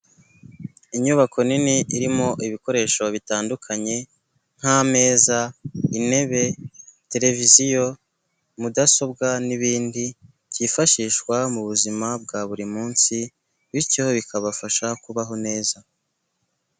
Inyubako nini irimo ibikoresho bitandukanye, nk'ameza intebe televiziyo mudasobwa n'ibindi byifashishwa mu buzima bwa buri munsi, bityo bikabafasha kubaho neza.